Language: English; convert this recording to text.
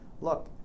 look